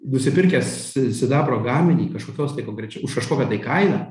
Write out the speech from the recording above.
nusipirkęs sidabro gaminį kažkokios tai konkrečiai už kažkokią tai kainą